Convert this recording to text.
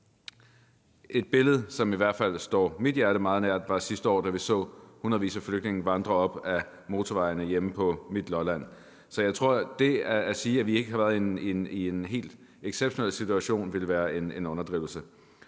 Et billede, som står i hvert fald mit hjerte meget nær, var, da vi sidste år så hundredvis af flygtninge vandre op ad motorvejene hjemme på mit Lolland. Så jeg tror, at hvis man siger, at vi ikke har været i en helt exceptionel situation, vil det være en underdrivelse.